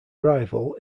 rival